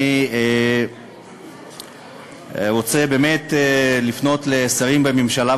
אני רוצה באמת לפנות לשרים בממשלה,